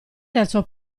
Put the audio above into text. terzo